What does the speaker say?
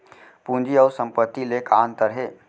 पूंजी अऊ संपत्ति ले का अंतर हे?